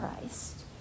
Christ